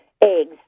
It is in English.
eggs